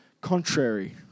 contrary